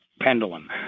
Pendulum